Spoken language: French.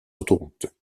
autoroutes